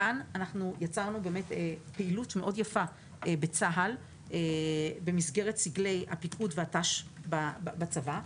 כאן יצרנו פעילות באמת מאוד יפה בצה"ל במסגרת סגלי הפיקוד והת"ש בצבא.